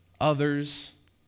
others